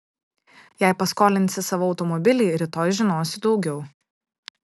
jei paskolinsi savo automobilį rytoj žinosiu daugiau